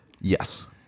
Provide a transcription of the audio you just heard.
Yes